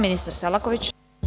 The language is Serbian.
Ministar Selaković.